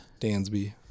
Dansby